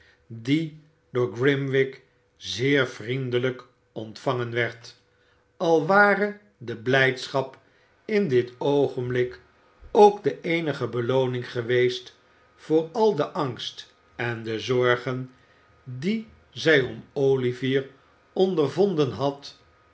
die door orimwig zeer vriendelijk ontvangen werd al ware de blijdschap in dit oogenblik ook de eenige belooning geweest voor al den angst en de zorgen die zij om olivier ondervonden had